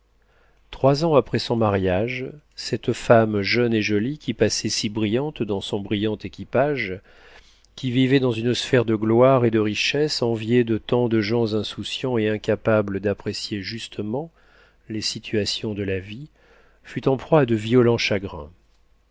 trois ans après son mariage cette femme jeune et jolie qui passait si brillante dans son brillant équipage qui vivait dans une sphère de gloire et de richesse enviée de tant de gens insouciants et incapables d'apprécier justement les situations de la vie fut en proie à de violents chagrins